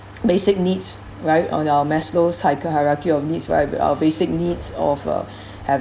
basic needs right on our maslow cycle hierarchy of needs right our basic needs of uh